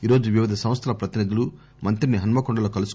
ఈ రోజు వివిధ సంస్దల ప్రతినిధులు మంత్రిని హన్మ కొండలో కలసి